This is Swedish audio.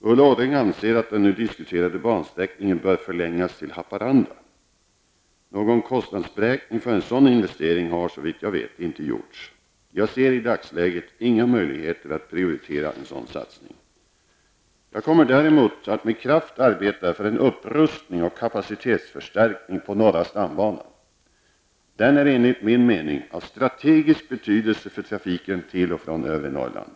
Ulla Orring anser att den nu diskuterade bansträckningen bör förlängas till Haparanda. Någon kostnadsberäkning för en sådan investering har, såvitt jag vet, inte gjorts. Jag ser i dagsläget inga möjligheter att prioritera en sådan satsning. Jag kommer däremot att med kraft arbeta för en upprustning och kapacitetsförstärkning på norra stambanan. Den är enligt min mening av strategisk betydelse för trafiken till och från övre Norrland.